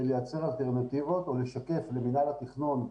לייצר אלטרנטיבות או לשקף למינהל התכנון,